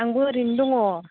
आंबो ओरैनो दङ